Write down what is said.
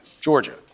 Georgia